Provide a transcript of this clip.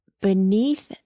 beneath